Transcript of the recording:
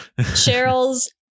Cheryl's